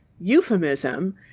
euphemism